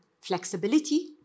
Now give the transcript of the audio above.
flexibility